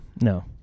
No